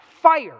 Fire